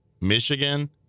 Michigan